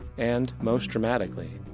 and most dramatically,